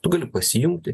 tu gali pasijungti